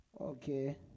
Okay